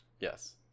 yes